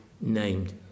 named